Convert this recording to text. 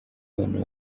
bana